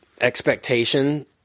expectation